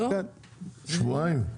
שבועיים?